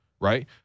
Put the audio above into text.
Right